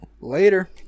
Later